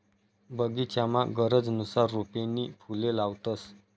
बगीचामा गरजनुसार रोपे नी फुले लावतंस